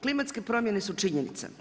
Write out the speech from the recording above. Klimatske promjene su činjenica.